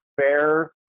fair